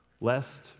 lest